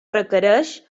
requereix